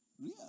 real